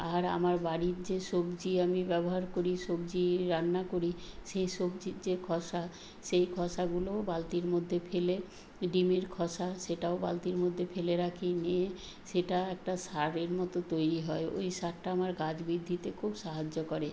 আর আমার বাড়ির যে সবজি আমি ব্যবহার করি সবজি রান্না করি সেই সবজির যে খসা সেই খসাগুলোও বালতির মদ্যে ফেলে ডিমের খসা সেটাও বালতির মধ্যে ফেলে রাখি নিয়ে সেটা একটা সারের মতো তৈরি হয় ওই সারটা আমার গাছ বৃদ্ধিতে খুব সাহায্য করে